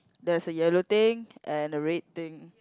there's a yellow thing and a red thing